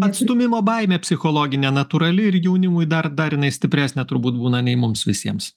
atstūmimo baimė psichologinė natūrali ir jaunimui dar dar jinai stipresnė turbūt būna nei mums visiems